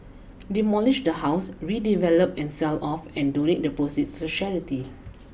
demolish the house redevelop and sell off and donate the proceeds to charity